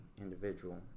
individual